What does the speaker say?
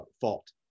fault